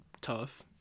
tough